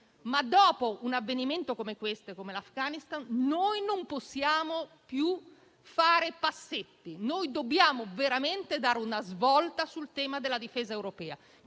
ma dopo un avvenimento come questo in Afghanistan non possiamo più fare "passetti" dobbiamo veramente dare una svolta sul tema della difesa europea,